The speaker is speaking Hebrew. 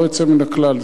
ללא יוצא מן הכלל,